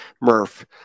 Murph